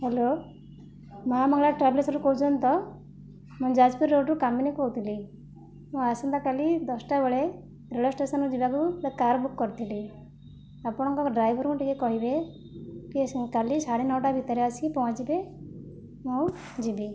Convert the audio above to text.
hello Maa Mangala ଟ୍ରାଭେଲସ୍ରୁ କହୁଛନ୍ତି ତ ମୁଁ ଏହି ଯାଜପୁର ରୋଡ଼ରୁ କାମିନି କହୁଥିଲି ମୁଁ ଆସନ୍ତା କାଲି ଦଶଟା ବେଳେ ରେଳ ଷ୍ଟେସନ ଯିବାକୁ ଗୋଟିଏ କାର୍ ବୁକ୍ କରିଥିଲି ଆପଣଙ୍କ ଡ୍ରାଇଭରଙ୍କୁ ଟିକେ କହିବେ ଟିକେ କାଲି ସାଢ଼େ ନଅଟା ଭିତରେ ଆସିକି ପହଁଞ୍ଚିବେ ମୁଁ ଯିବି